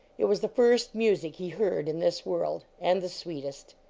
it was the first music he heard in this world. and the sweetest.